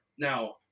now